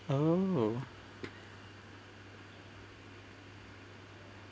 !ow!